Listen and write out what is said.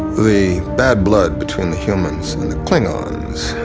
the bad blood between the humans and the klingons,